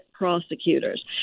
prosecutors